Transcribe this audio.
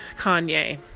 Kanye